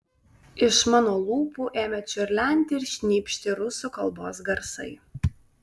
iš mano lūpų ėmė čiurlenti ir šnypšti rusų kalbos garsai